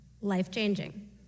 life-changing